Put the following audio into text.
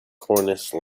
cornice